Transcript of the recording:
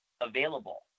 available